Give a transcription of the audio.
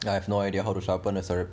I have no idea how to sharpen a ceramic